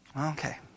Okay